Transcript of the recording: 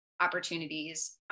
opportunities